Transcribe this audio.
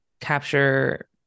capture